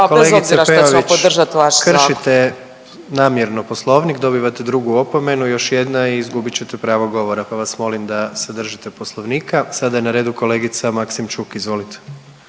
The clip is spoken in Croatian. zakon. **Jandroković, Gordan (HDZ)** …kršite namjerno poslovnik, dobivate drugu opomenu, još jedna i izgubit ćete pravo govora, pa vas molim da se držite poslovnika. Sada je na redu kolegica Maksimčuk, izvolite.